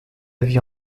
vie